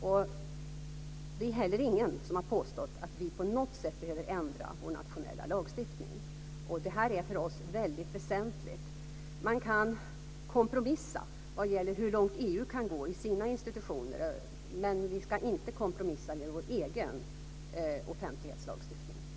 Det är inte heller någon som har påstått att vi på något sätt behöver ändra vår nationella lagstiftning. Detta är för oss väsentligt. Man kan kompromissa vad gäller hur långt EU kan gå i sina institutioner, men vi ska inte kompromissa med vår egen offentlighetslagstiftning.